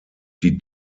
die